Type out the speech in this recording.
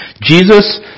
Jesus